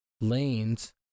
lanes